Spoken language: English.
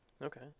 Okay